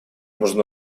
нужно